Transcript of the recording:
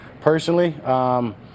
personally